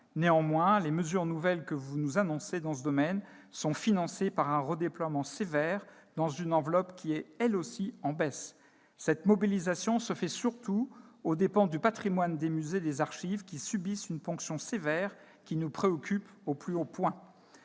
Néanmoins, les mesures nouvelles que vous annoncez dans ce domaine sont financées par un redéploiement sévère au sein d'une enveloppe qui est, elle aussi, en baisse. Cette mobilisation se fait surtout aux dépens du patrimoine des musées et des archives. Ces institutions subissent une ponction sévère qui nous préoccupe au plus haut point.